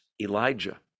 Elijah